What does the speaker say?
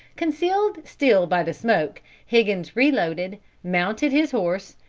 concealed still by the smoke, higgins reloaded, mounted his horse,